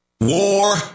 War